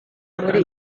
muri